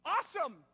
Awesome